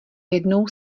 jednou